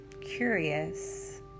curious